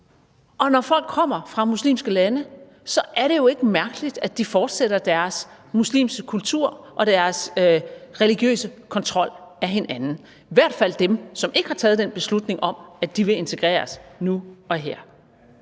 og når folk kommer fra muslimske lande, er det jo ikke mærkeligt, at de fortsætter deres muslimske kultur og deres religiøse kontrol af hinanden – i hvert fald dem, som ikke har taget en beslutning om, at de vil integreres nu og her.